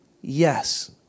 Yes